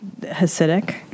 Hasidic